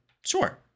Sure